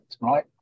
right